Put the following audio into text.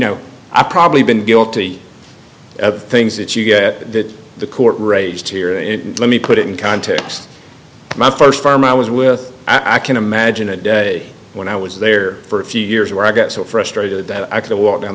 know i've probably been guilty of things that you get that the court raged here let me put it in context my st farm i was with i can imagine a day when i was there for a few years where i got so frustrated that i could walk down